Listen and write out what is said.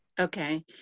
Okay